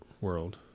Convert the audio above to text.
world